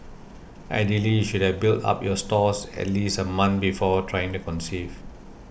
ideally you should have built up your stores at least a month before trying to conceive